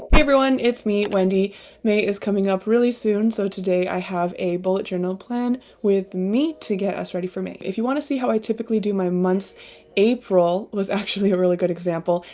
everyone it's me wendy may is coming up really soon so today i have a bullet journal plan with me to get us ready for me if you want to see how i typically do my months april was actually a really good example,